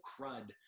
crud